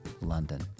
London